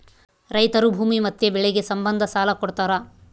ರೈತರು ಭೂಮಿ ಮತ್ತೆ ಬೆಳೆಗೆ ಸಂಬಂಧ ಸಾಲ ಕೊಡ್ತಾರ